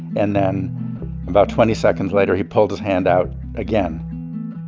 and then about twenty seconds later, he pulled his hand out again